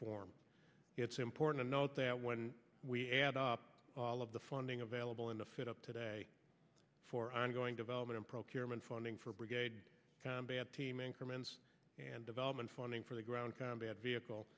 form it's important to note that when we add up all of the funding available in a fit up today for ongoing development procurement funding for brigade combat team increments and development funding for the ground combat vehicle